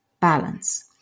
balance